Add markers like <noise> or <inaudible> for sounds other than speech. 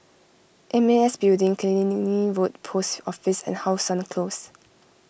M A S Building Killiney <unintelligible> Road Post Office and How Sun Close